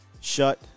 Shut